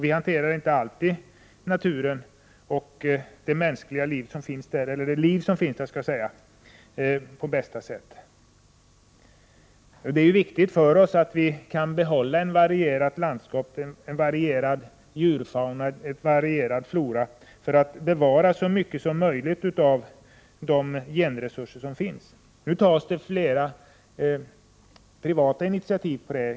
Vi hanterar inte alltid naturen och det liv som finns där på bästa sätt. Det är viktigt för oss att vi kan behålla ett varierat landskap, en varierad djurfauna och en varierad flora, för att bevara så mycket som möjligt av de genresurser som finns. Nu tas det flera privata initiativ.